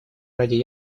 ради